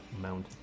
Mount